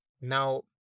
now